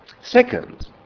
Second